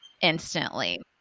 instantly